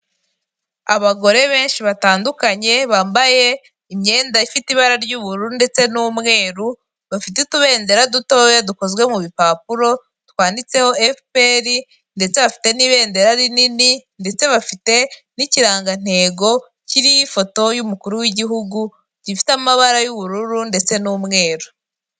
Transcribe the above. Abagore benshi batandukanye, bambaye imyenda ifite ibara ry'ubururu ndetse n'umweru, bafite utubendera dutoya dukozwe mu bipapuro twanditse ho efuperi, ndetse bafite n'ibendera rinini, ndetse bafite n'ikirangantego kiriho ifoto y'umukuru w'igihugu, gifite amabara y'ubururu ndetse n'umweru.